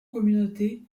communauté